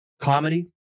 comedy